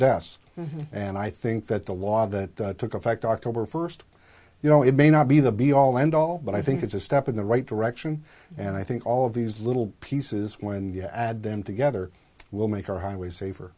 deaths and i think that the law that took effect october first you know it may not be the be all end all but i think it's a step in the right direction and i think all of these little pieces when i add them together will make our highways safer